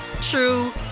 true